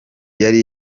yari